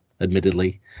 admittedly